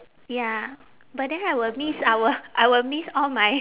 ya but then I will miss I will I will miss all my